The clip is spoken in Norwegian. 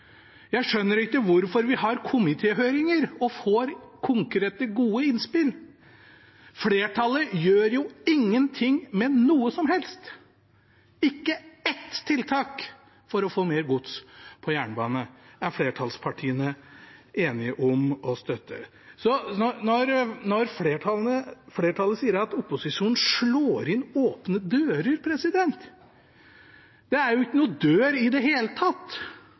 Jeg skjønner ikke hvorfor vi har komitéhøringer og får konkrete, gode innspill. Flertallet gjør jo ingenting med noe som helst. Ikke ett tiltak for å få mer gods på jernbane er flertallspartiene enige om å støtte! Flertallet sier at opposisjonen slår inn åpne dører, men det er jo ikke noe dør i det hele tatt!